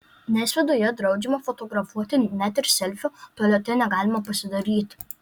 nes viduje draudžiama fotografuoti net ir selfio tualete negalima pasidaryti